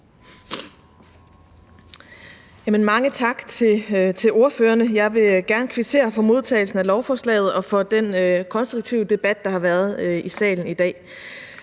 Mange tak til ordførererne. Jeg vil gerne kvittere for modtagelsen af lovforslaget og for den konstruktive debat, der har været i salen i dag.